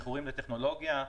מכורים לטכנולוגיה,